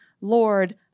Lord